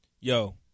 Yo